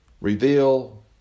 reveal